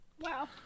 Wow